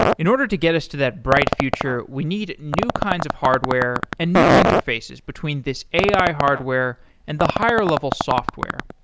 in order to get us to that bright future, we need new kinds of hardware and new interfaces between this ai hardware and the higher level software.